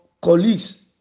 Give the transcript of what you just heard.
colleagues